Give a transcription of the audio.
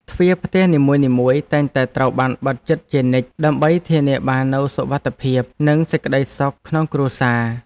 ទ្វារផ្ទះនីមួយៗតែងតែត្រូវបានបិទជិតជានិច្ច ដើម្បីធានាបាននូវសុវត្ថិភាព និងសេចក្តីសុខក្នុងគ្រួសារ។